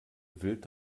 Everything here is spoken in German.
wild